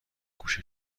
گوش